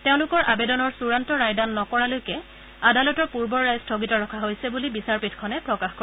তেওঁলোকৰ আবেদনৰ চুড়ান্ত ৰায়দান নকৰালৈকে আদালতৰ পূৰ্বৰ ৰায় স্থগিত ৰখা হৈছে বুলি বিচাৰপীঠখনে প্ৰকাশ কৰে